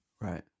Right